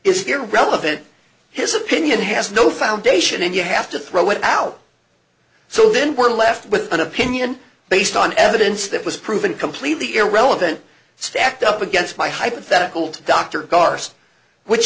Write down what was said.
is irrelevant his opinion has no foundation and you have to throw it out so then we're left with an opinion based on evidence that was proven completely irrelevant stacked up against my hypothetical